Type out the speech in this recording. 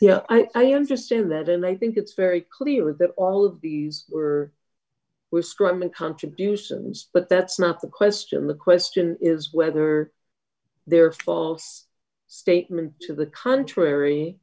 l i understand that and i think it's very clear that all of these were screaming contributions but that's not the question the question is whether they're full statement to the contrary